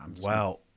Wow